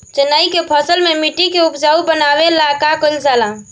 चन्ना के फसल में मिट्टी के उपजाऊ बनावे ला का कइल जाला?